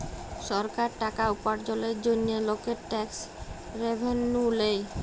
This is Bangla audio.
সরকার টাকা উপার্জলের জন্হে লকের ট্যাক্স রেভেন্যু লেয়